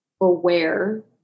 aware